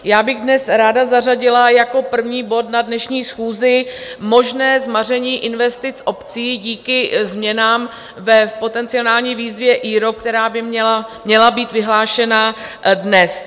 Já bych dnes ráda zařadila jako první bod na dnešní schůzi možné zmaření investic obcí díky změnám v potenciální výzvě IROP, která by měla být vyhlášena dnes.